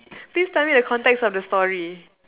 please tell me the context of the story